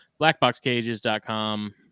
Blackboxcages.com